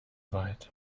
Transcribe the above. weit